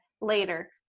later